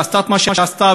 ועשתה את מה שעשתה,